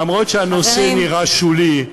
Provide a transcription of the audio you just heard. אף-על-פי שהנושא נראה שולי,